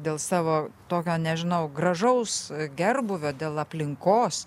dėl savo tokio nežinau gražaus gerbūvio dėl aplinkos